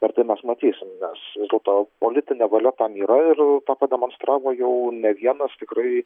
ir tai mes matysim nes vis dėlto politinė valia tam yra ir tą pademonstravo jau ne vienas tikrai